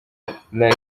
iker